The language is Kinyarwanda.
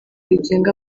rigenga